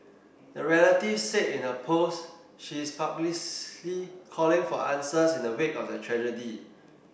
the relative said in her post she is publicly calling for answers in the wake of the tragedy